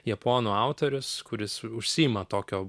japonų autorius kuris užsiima tokio